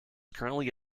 currently